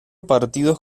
partidos